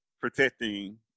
protecting